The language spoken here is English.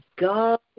God